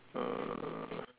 uh